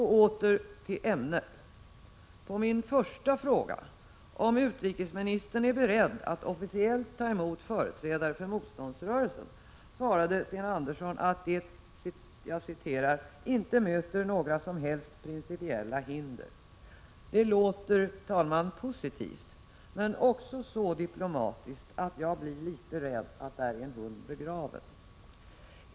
Så åter till ämnet. På min första fråga, om utrikesministern är beredd att officiellt ta emot företrädare för motståndsrörelsen, svarade Sten Andersson att det ”inte möter några som helst principiella hinder”. Det låter positivt, herr talman, men även så diplomatiskt att jag blir litet rädd att det där kan finnas en hund begraven.